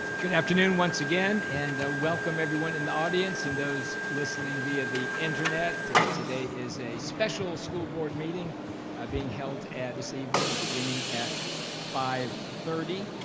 good afternoon once again and ah welcome everyone in the audience and those listening via the internet. today is a special school board meeting being held this evening beginning at five thirty.